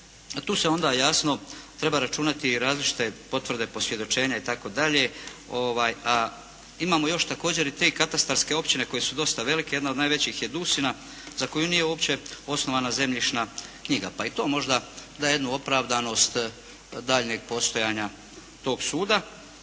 Tu se onda jasno treba računati i različite potvrde posvjedočenja itd. a imamo još također i te katastarske općine koje su dosta velike, jedna od najvećih je Dusina za koju nije uopće osnovana zemljišna knjiga pa i to možda daje jednu opravdanost daljnjeg postojanja tog suda.